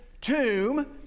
tomb